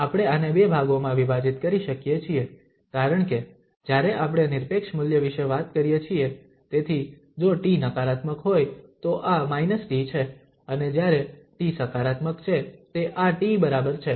તેથી આપણે આને બે ભાગોમાં વિભાજીત કરી શકીએ છીએ કારણ કે જ્યારે આપણે નિરપેક્ષ મૂલ્ય વિશે વાત કરીએ છીએ તેથી જો t નકારાત્મક હોય તો આ t છે અને જ્યારે t સકારાત્મક છે તે આ t બરાબર છે